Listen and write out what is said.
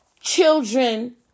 children